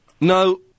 No